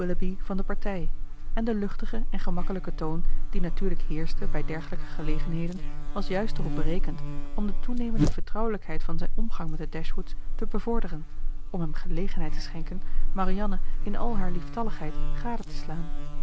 van de partij en de luchtige en gemakkelijke toon die natuurlijk heerschte bij dergelijke gelegenheden was juist erop berekend om de toenemende vertrouwelijkheid van zijn omgang met de dashwoods te bevorderen om hem gelegenheid te schenken marianne in al haar lieftalligheid gade te slaan